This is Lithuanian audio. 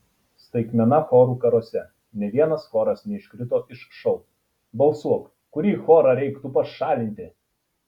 staigmena chorų karuose nė vienas choras neiškrito iš šou balsuok kurį chorą reiktų pašalinti